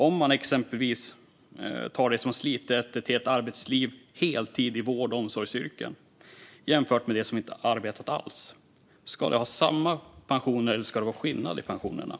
Om man exempelvis tar dem som har slitit ett helt arbetsliv på heltid i vård och omsorgsyrken och jämför med dem som inte har arbetat alls, ska de ha samma pension eller ska det vara en skillnad?